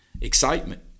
excitement